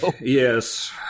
Yes